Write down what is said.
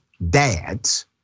dads